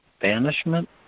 banishment